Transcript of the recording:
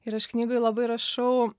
ir aš knygoj labai rašau